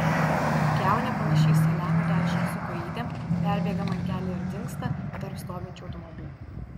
kiaunė panaši į saliamio dešrą su kojytėm perbėga man kelią ir dingsta tarp stovinčių automobilių